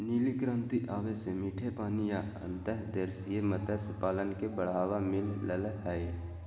नीली क्रांति आवे से मीठे पानी या अंतर्देशीय मत्स्य पालन के बढ़ावा मिल लय हय